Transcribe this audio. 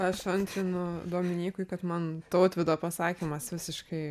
aš antrinu dominykui kad man tautvydo pasakymas visiškai